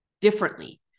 differently